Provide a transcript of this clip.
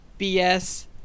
bs